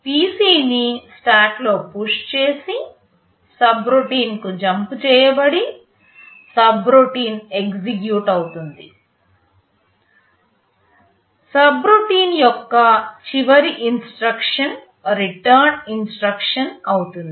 PC ని స్టాక్లో push చేసి సబ్రొటీన్కు జంప్ చేయబడి సబ్రొటీన్ ఎగ్జిక్యూట్ అవుతుంది సబ్రొటీన్ యొక్క చివరి ఇన్స్ట్రక్షన్ రిటర్న్ ఇన్స్ట్రక్షన్ అవుతుంది